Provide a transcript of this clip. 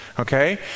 Okay